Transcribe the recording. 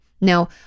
Now